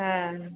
ᱦᱮᱸ